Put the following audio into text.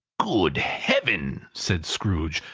good heaven! said scrooge,